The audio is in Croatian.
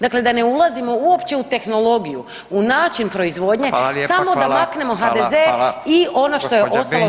Dakle, da ne ulazimo uopće u tehnologiju, u način proizvodnje [[Upadica: Fala lijepa, fala, fala, fala]] samo da maknemo HDZ i ono što je ostalo od